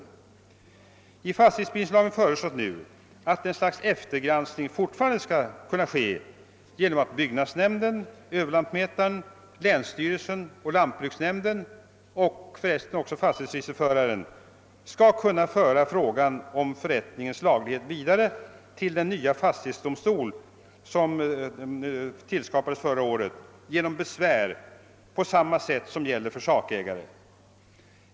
Enligt förslaget till fastighetsbildningslag skall ett slags eftergranskning fortfarande kunna ske genom att byggnadsnämnden, Ööverlantmätaren, länsstyrelsen, lantbruksnämnden, och för resten också fastighetsregisterföraren, för frågan om förrättningens laglighet vidare till den nya fastighetsdomstol som tillkom förra året. Detta skall ske genom besvär på samma sätt som gäller för sakägare.